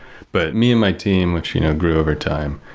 but me and my team, which you know grew overtime,